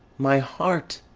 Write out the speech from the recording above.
my heart!